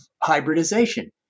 hybridization